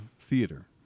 theater